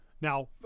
Now